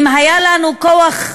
אם היה לנו כוח,